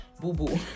Boo-boo